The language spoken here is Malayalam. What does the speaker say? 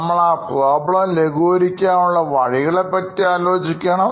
നമ്മൾ ആ പ്രോബ്ലംലഘൂകരിക്കാൻ ഉള്ള വഴികളെപ്പറ്റി ആലോചിക്കണം